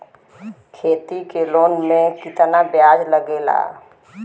खेती के लोन में कितना ब्याज लगेला?